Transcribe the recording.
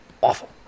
awful